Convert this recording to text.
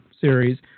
series